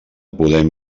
podem